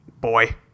Boy